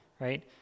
right